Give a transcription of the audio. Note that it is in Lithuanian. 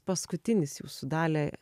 paskutinis jūsų dalia